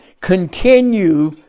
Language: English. continue